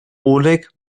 oleg